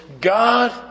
God